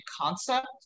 concept